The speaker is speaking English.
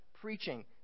preaching